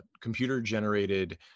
computer-generated